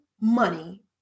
money